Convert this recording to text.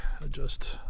adjust